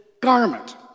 garment